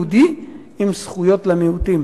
יהודי עם זכויות למיעוטים.